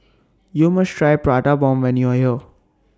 YOU must Try Prata Bomb when YOU Are here